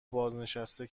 بازنشسته